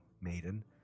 Maiden